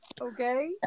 Okay